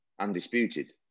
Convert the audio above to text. undisputed